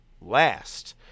last